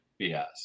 BS